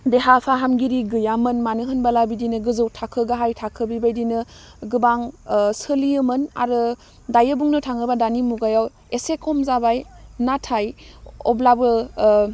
देहा फाहामगिरि गैयामोन मानो होनबोला बिदिनो गोजौ थाखो गाहाय थाखो बेबायदिनो गोबां ओह सोलियोमोन आरो दायो बुंनो थाङोबा दानि मुगायाव एसे खम जाबाय नाथाय अब्लाबो ओह